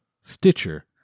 Stitcher